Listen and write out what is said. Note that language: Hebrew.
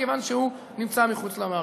מכיוון שהוא נמצא מחוץ למערכת.